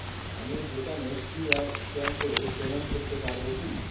আমি দোকানে QR scan করে পেমেন্ট করতে পারবো কি?